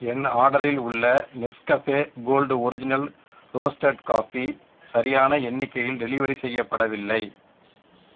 என் ஆர்டரில் உள்ள Nescafe gold original roasted coffee சரியான எண்ணிக்கையில் டெலிவரி செய்யப்படவில்லை